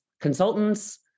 consultants